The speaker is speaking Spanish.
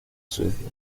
suecia